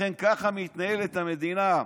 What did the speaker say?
לכן, ככה מתנהלת המדינה.